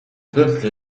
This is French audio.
peuple